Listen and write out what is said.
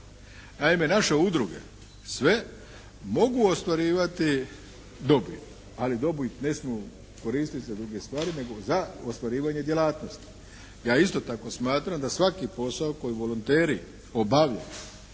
Naime, naše udruge sve mogu ostvarivati dobit, ali dobit ne smiju koristiti za druge stvari nego za ostvarivanje djelatnosti. Ja isto tako smatram da svaki posao koji volonteri obavljaju